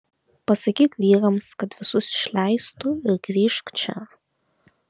pasakyk vyrams kad visus išleistų ir grįžk čia